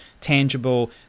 tangible